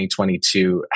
2022